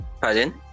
Pardon